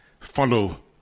follow